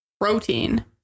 protein